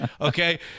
okay